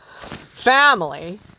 family